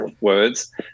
words